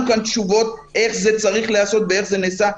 כאן תשובות איך זה צריך להיעשות ואיך זה נעשה.